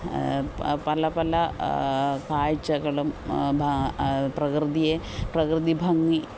പല പല കാഴ്ചകളും പ്രകൃതിയെ പ്രകൃതിഭംഗി